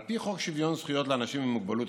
על פי חוק שוויון זכויות לאנשים עם מוגבלות,